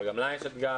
אבל גם לה יש אתגר.